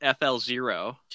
FL-Zero